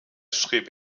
schrieb